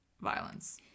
violence